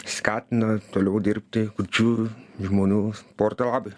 skatina toliau dirbti kurčių žmonių sporto labui